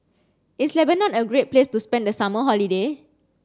is Lebanon a great place to spend the summer holiday